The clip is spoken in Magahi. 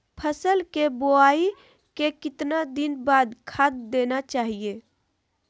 फसल के बोआई के कितना दिन बाद खाद देना चाइए?